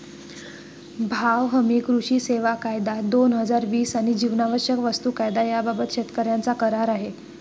भाव हमी, कृषी सेवा कायदा, दोन हजार वीस आणि जीवनावश्यक वस्तू कायदा याबाबत शेतकऱ्यांचा करार आहे